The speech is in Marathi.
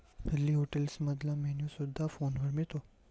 हल्ली हॉटेल्समधला मेन्यू सुद्धा फोनवर मिळतो